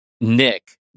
Nick